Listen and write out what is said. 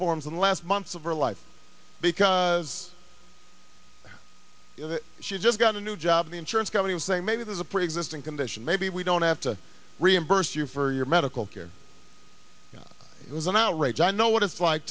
forms in the last months of her life because she just got a new job the insurance company was saying maybe there's a preexisting condition maybe we don't have to reimburse you for your medical care it was an outrage i know what it's like